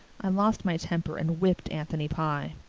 i lost my temper and whipped anthony pye.